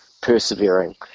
persevering